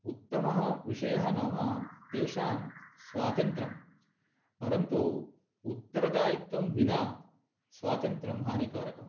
उत्तमः विषयः नाम तेषां स्वातन्त्रम् परन्तु उत्तरदायित्वं विना स्वातन्त्रं हानीकारकम्